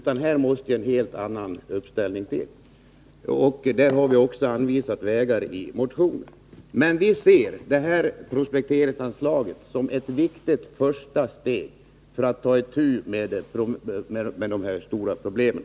Här måste det ske en helt annan uppställning, och där har vi också anvisat vägar i motionen. Men vi ser prospekteringsanslaget som ett viktigt första steg för att ta itu med de här stora problemen.